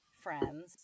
friends